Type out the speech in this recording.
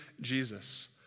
Jesus